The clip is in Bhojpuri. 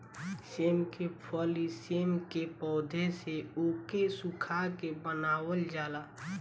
सेम के फली सेम के पौध से ओके सुखा के बनावल जाला